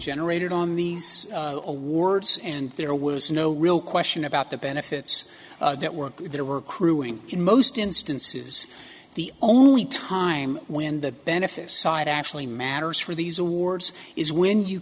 generated on these awards and there was no real question about the benefits that were there were crewing in most instances the only time when the benefits side actually matters for these awards is when you